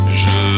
je